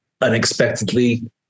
unexpectedly